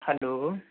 hello